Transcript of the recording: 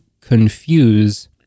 confuse